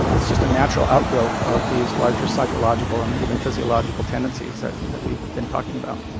it's just a natural outgrowth of these larger psychological and even physiological tendencies so that we've been talking about